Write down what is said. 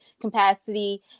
capacity